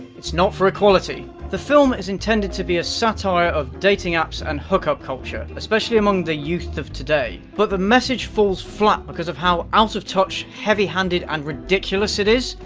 it's not for equality! the film is intended to be a satire of dating apps and hookup culture, especially among the youth of today, but the message falls flat because of how out of touch, heavy-handed and ridiculous it is.